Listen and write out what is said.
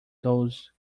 those